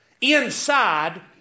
inside